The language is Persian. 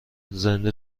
زنده